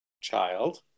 child